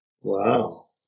Wow